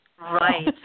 Right